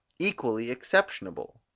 equally exceptionable.